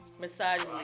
massage